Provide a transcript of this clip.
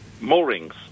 Moorings